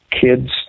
kids